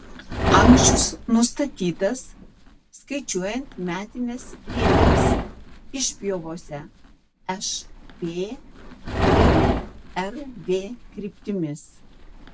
amžius nustatytas skaičiuojant metines rieves išpjovose š p ir r v kryptimis